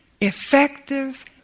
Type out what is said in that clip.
effective